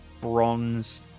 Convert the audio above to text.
bronze